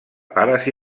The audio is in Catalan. pares